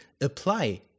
apply